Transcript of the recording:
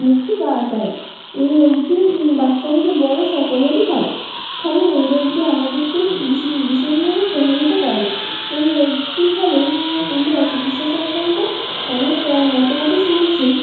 মুক্তি পাওয়া যায় এই রোগটি বাচ্চা থেকে বড়ো সকলেরই হয় ফলে এই রোগটি আমাদেরকে ভীষণভাবে প্রভাবিত করে এই রোগটির ফলে আমরা চিকিৎসা সংকান্ত অনেক মতামতই শুনেছি